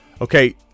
Okay